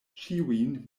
ĉiujn